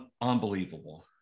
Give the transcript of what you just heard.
unbelievable